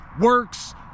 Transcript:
works